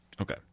Okay